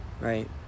right